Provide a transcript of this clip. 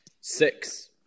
Six